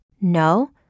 No